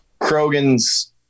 Krogan's